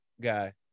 guy